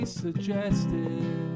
suggested